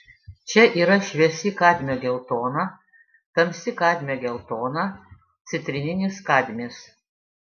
čia yra šviesi kadmio geltona tamsi kadmio geltona citrininis kadmis